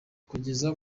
kugeza